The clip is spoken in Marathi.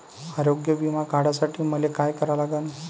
आरोग्य बिमा काढासाठी मले काय करा लागन?